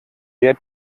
der